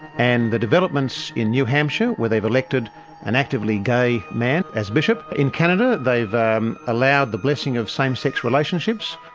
and the developments in new hampshire where they've elected an actively gay man as bishop, in canada they've um allowed the blessing of same sex relationships,